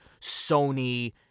Sony